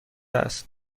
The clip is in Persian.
است